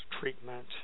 treatment